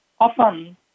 Often